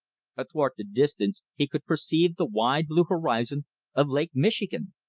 athwart the distance he could perceive the wide blue horizon of lake michigan.